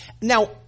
Now